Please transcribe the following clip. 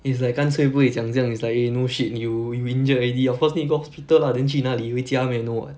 it's like 干脆不会讲这样 it's like eh no shit you you injure already of course need go hospital lah then 去哪里回家 meh no [what]